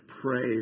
pray